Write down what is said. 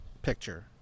picture